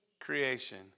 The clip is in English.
creation